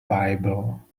bible